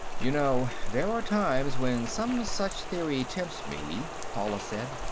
you know, there are times when some such theory tempts me, paula said.